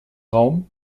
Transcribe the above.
raum